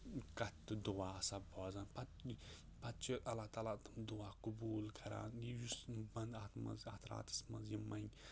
کَتھ تہٕ دُعا آسان بوزان پَتہٕ پَتہٕ چھِ اللہ تعالیٰ تٕم دُعا قبوٗل کران یُس بنٛدٕ اَتھ منٛز اَتھ راتَس منٛز یہِ منٛگہِ